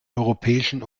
europäischen